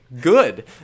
Good